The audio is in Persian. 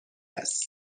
است